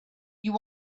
you